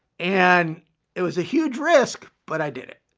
and it was a huge risk, but i did it.